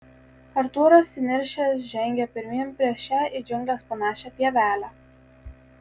artūras įniršęs žengia pirmyn per šią į džiungles panašią pievelę